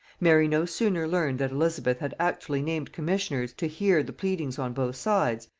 mary no sooner learned that elizabeth had actually named commissioners to hear the pleadings on both sides,